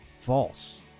false